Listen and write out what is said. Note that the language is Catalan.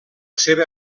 seva